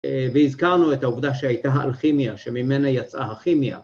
‫והזכרנו את העובדה שהייתה האלכימיה, ‫שממנה יצאה הכימיה.